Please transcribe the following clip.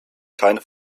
keine